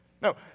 No